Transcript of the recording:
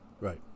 Right